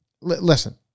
listen